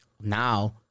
Now